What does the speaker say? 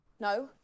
No